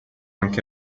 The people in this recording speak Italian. anche